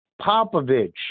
Popovich